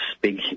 big